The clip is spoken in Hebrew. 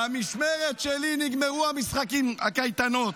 במשמרת שלי נגמרו המשחקים, הקייטנות.